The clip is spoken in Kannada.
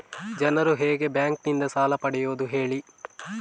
ಜನರು ಹೇಗೆ ಬ್ಯಾಂಕ್ ನಿಂದ ಸಾಲ ಪಡೆಯೋದು ಹೇಳಿ